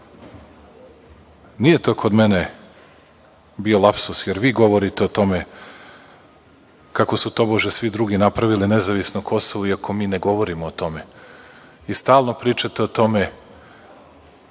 nije to kod mene bio lapsus, jer vi govorite o tome kako su tobože svi drugi napravili nezavisno Kosovo, iako mi ne govorimo o tome. Vi stalno pričate o tome,